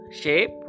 shape